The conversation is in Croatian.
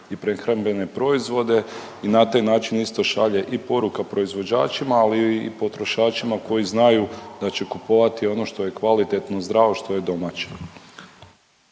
i prehrambene proizvode i na taj način isto šalje i poruka proizvođačima, ali i potrošačima koji znaju da će kupovati ono što je kvalitetno, zdravo što je domaće.